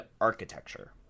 architecture